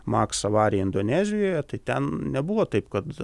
maks avariją indonezijoje tai ten nebuvo taip kad